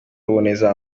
ruboneza